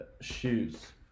shoes